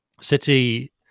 City